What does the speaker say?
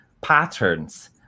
patterns